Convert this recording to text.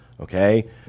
okay